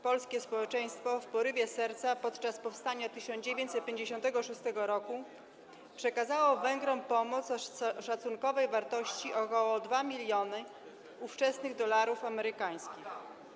Polskie społeczeństwo w porywie serca podczas powstania 1956 r. przekazało Węgrom pomoc o szacunkowej wartości ok. 2 mln ówczesnych dolarów amerykańskich.